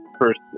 first